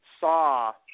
saw